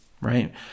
Right